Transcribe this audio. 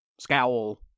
Scowl